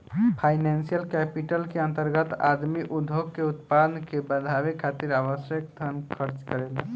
financial capital के अंतर्गत आदमी उद्योग के उत्पादन के बढ़ावे खातिर आवश्यक धन खर्च करेला